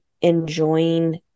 enjoying